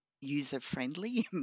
user-friendly